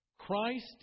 Christ